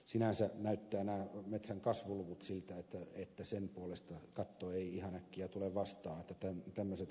sinänsä näyttävät nämä metsänkasvuluvut siltä että sen puolesta katto ei ihan äkkiä tule vastaan